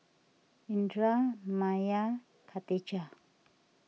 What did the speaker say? Indra Maya and Katijah